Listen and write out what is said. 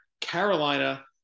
Carolina